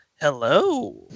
Hello